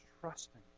trusting